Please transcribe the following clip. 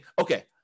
okay